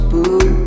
Boo